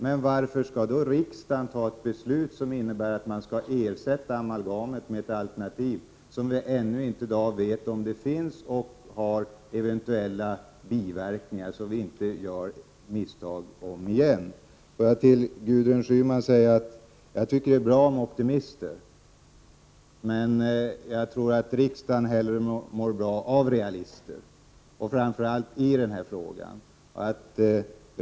Men varför skall riksdagen fatta ett beslut som innebär att man ersätter amalgamet med ett alternativ som vi ännu i dag inte vet om det finns eller vilka eventuella biverkningar det kan ha? Vi skall väl inte göra samma misstag om igen. Till Gudrun Schyman vill jag säga att jag tycker bra om optimister, men jag tror att riksdagen mår bättre av realister, framför allt i denna fråga.